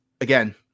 again